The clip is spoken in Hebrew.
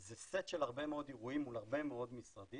זה סט של הרבה מאוד אירועים מול הרבה מאוד משרדים.